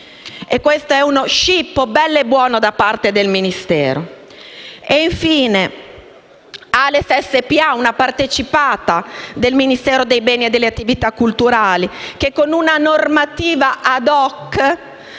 Si tratta di uno scippo bello e buono da parte del Ministero.